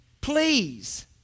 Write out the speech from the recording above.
Please